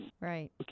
Right